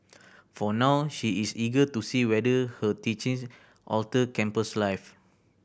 for now she is eager to see whether her teachings alter campus life